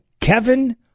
Kevin